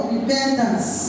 Repentance